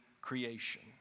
creation